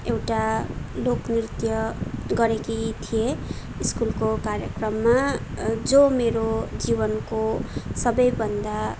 एउटा लोक नृत्य गरेकी थिएँ स्कुलको कार्यक्रममा जो मेरो जीवनको सबैभन्दा